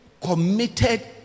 committed